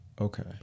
Okay